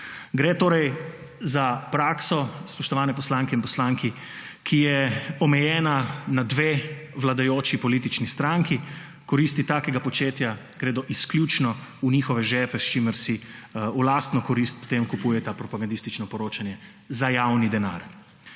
Gre torej za prakso, spoštovane poslanke in poslanci, ki je omejena na dve vladajoči politični stranki, koristi takega početja gredo izključno v njihove žepe, s čimer si v lastno korist potem kupujeta propagandistično poročanje za javni denar.